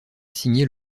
signer